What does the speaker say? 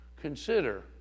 consider